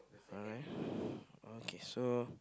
alright okay so